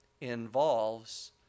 involves